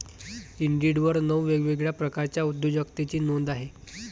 इंडिडवर नऊ वेगवेगळ्या प्रकारच्या उद्योजकतेची नोंद आहे